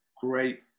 great